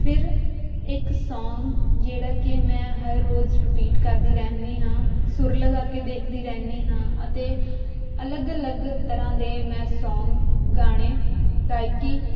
ਫਿਰ ਇੱਕ ਸੌਂਗ ਜਿਹੜਾ ਕਿ ਮੈਂ ਹਰ ਰੋਜ਼ ਰਿਪੀਟ ਕਰਦੀ ਰਹਿੰਦੀ ਹਾਂ ਸੁਰ ਲਗਾ ਕੇ ਦੇਖਦੀ ਰਹਿੰਦੀ ਹਾਂ ਅਤੇ ਅਲੱਗ ਅਲੱਗ ਤਰ੍ਹਾਂ ਦੇ ਮੈਂ ਸੌਂਗ ਗਾਣੇ ਗਾਇਕੀ